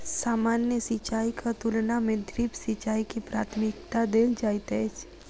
सामान्य सिंचाईक तुलना मे ड्रिप सिंचाई के प्राथमिकता देल जाइत अछि